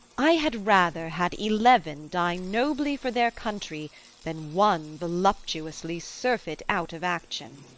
i had rather had eleven die nobly for their country than one voluptuously surfeit out of action.